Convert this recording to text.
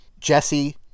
Jesse